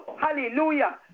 hallelujah